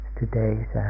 today's